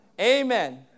Amen